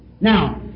Now